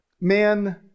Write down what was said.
man